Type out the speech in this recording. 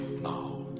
now